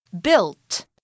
built